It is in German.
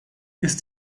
ist